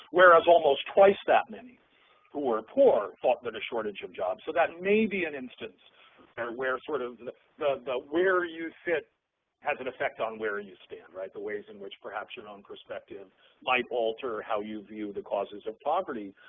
whereas almost twice that many who were poor thought that a shortage of jobs. so that may be an instance of where sort of the the where you sit has an affect on where and you stand, right, the ways in which perhaps your own perspective might alter how you view the causes of poverty.